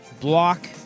block